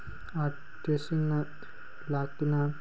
ꯑꯥꯔꯇꯤꯁꯁꯤꯡꯅ ꯂꯥꯛꯇꯨꯅ